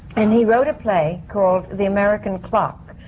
and he wrote a play, called the american clock.